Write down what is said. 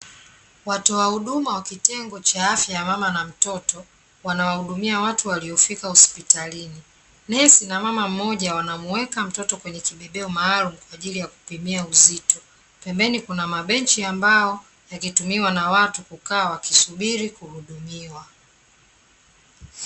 Watoa huduma wa kitengo cha afya ya mama na mtoto wanaahudumia watu waliofika hospitalini, nesi na mama mmoja wanamuweka mtoto kwenye kibebeo maalumu kwaajili ya kupimia uzito, pembeni kuna mabenchi ya mbao yakitumiwa na watu kukaa wakisubiri kuhudumiwa.